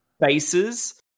faces